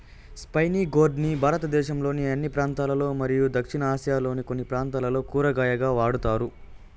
spiny gourd ని భారతదేశంలోని అన్ని ప్రాంతాలలో మరియు దక్షిణ ఆసియాలోని కొన్ని ప్రాంతాలలో కూరగాయగా వాడుతారు